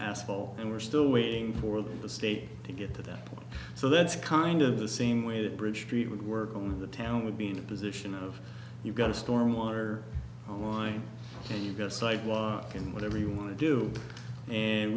asshole and we're still waiting for the state to get to that point so that's kind of the same way that bridge street would work on the town would be in the position of you've got a storm or why don't you get a sidewalk in whatever you want to do and